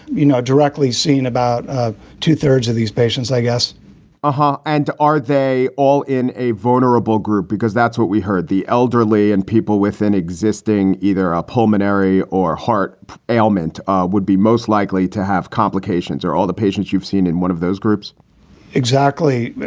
you know, directly seen about two thirds of these patients, i guess uh-huh. and are they all in a vulnerable group? because that's what we heard. the elderly and people within existing either a pulmonary or heart ailment would be most likely to have complications or all the patients you've seen in one of those groups exactly.